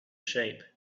shape